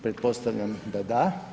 Pretpostavljam da da.